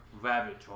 rabbit